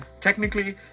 Technically